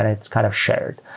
and it's kind of shared.